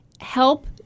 help